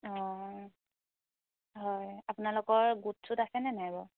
অঁ হয় আপোনালোকৰ গোট চোট আছেনে নাই বাৰু